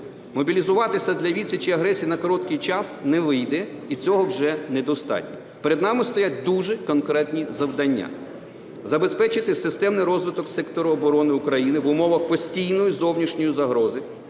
Мобілізуватися для відсічі агресії на короткий час не вийде і цього вже недостатньо. Перед нами стоять дуже конкретні завдання: забезпечити системний розвиток сектору оборони України в умовах постійної зовнішньої загрози,